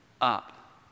up